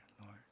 Lord